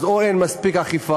אז או שאין מספיק אכיפה,